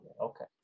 Okay